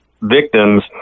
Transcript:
victims